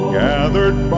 gathered